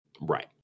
Right